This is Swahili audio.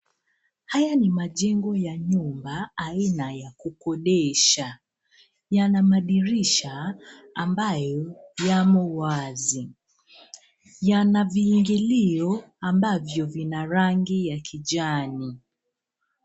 Haya ni majengo ya nyumba aina ya kukodesha. Yana madirisha ambayo yamo wazi. Yana viingilio ambavyo vina rangi ya kijani.